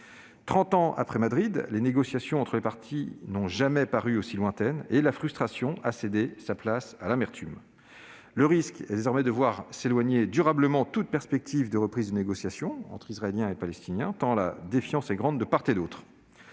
ans après Madrid, les négociations entre les parties n'ont jamais paru aussi lointaines et la frustration a cédé la place à l'amertume. Le risque est désormais de voir s'éloigner durablement toute perspective de reprise des négociations entre Israéliens et Palestiniens, tant la défiance est grande de part et d'autre.